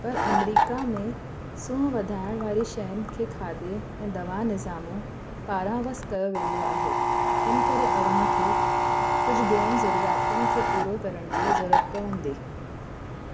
पर अमेरिका में सूंह वधाइण वारी शयुनि खे खाधे ऐं दवा निज़ामु पारां वसु कयो वेंदो आहे हिन करे अव्हांखे कुझु ॿियनि ज़रूरियातनि खे पूरो करण जी ज़रुरतु पवंदी